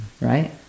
Right